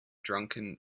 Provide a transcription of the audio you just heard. drunken